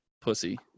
pussy